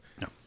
No